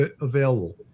available